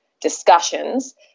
discussions